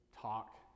talk